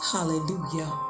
Hallelujah